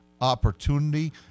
opportunity